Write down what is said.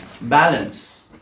Balance